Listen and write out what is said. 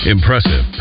Impressive